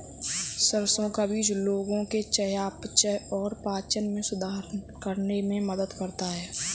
सरसों का बीज लोगों के चयापचय और पाचन में सुधार करने में मदद करता है